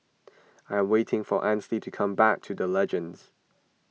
I am waiting for Ansley to come back to the Legends